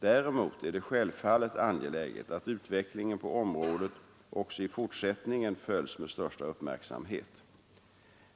Däremot är det självfallet angeläget att utvecklingen på området också i fortsättningen följs med största uppmärksamhet.